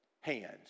hands